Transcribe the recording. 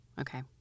okay